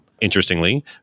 interestingly